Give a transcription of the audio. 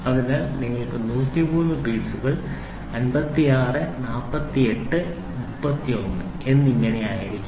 അതിനാൽ നിങ്ങൾക്ക് 103 പീസുകൾ 56 48 31 എന്നിങ്ങനെയായിരിക്കാം